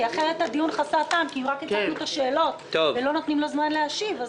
כי אחרת הדיון חסר טעם אם רק הצגנו את השאלות ולא נותנים לו זמן להשיב.